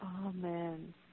Amen